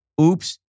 oops